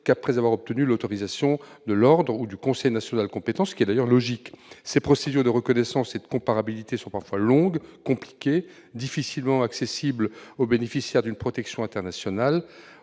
qu'après avoir eu l'autorisation de l'ordre ou du conseil national compétent, ce qui est d'ailleurs logique. Ces procédures de reconnaissance et de comparabilité sont parfois longues, compliquées et difficilement accessibles aux bénéficiaires d'une protection internationale.